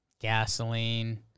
Gasoline